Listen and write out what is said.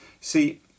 See